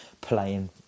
playing